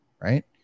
Right